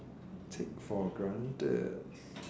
take for granted